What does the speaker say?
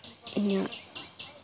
ᱤᱧᱟᱹᱜ